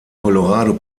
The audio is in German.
colorado